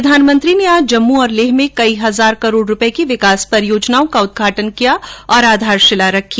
प्रधानमंत्री ने आज जम्मू और लेह में कई हजार करोड़ रूपये की विकास परियोजनाओं का उदघाटन किया और आधारशिला रखी